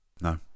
No